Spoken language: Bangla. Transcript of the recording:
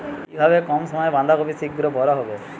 কিভাবে কম সময়ে বাঁধাকপি শিঘ্র বড় হবে?